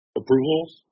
approvals